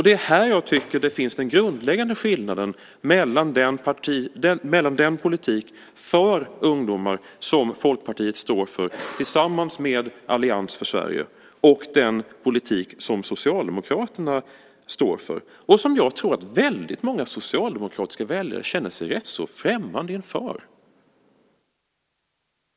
Det är här jag tycker att den grundläggande skillnaden finns mellan den politik för ungdomar som Folkpartiet står för tillsammans med Allians för Sverige och den politik som Socialdemokraterna står för och som jag tror att väldigt många socialdemokratiska väljare känner sig rätt så främmande för.